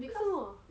为什么